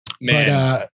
Man